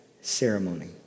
ceremony